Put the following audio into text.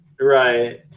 Right